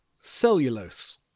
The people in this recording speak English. Cellulose